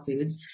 foods